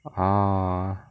ah